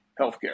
healthcare